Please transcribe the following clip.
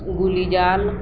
ଗୁଲିଜାଲ